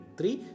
Three